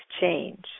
change